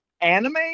Anime